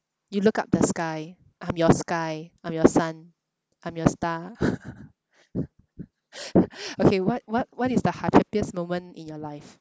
you look up the sky I'm your sky I'm your sun I'm your star okay what what what is the happiest moment in your life